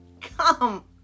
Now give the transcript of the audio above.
Come